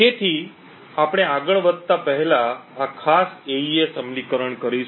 તેથી આપણે આગળ વધતા પહેલા આ ખાસ AES અમલીકરણ કરીશું